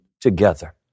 together